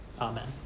Amen